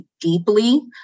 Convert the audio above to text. deeply